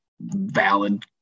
valid